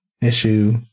issue